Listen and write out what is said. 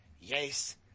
Yes